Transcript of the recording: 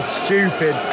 stupid